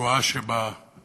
על השואה שבתודעה,